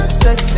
sex